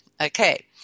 okay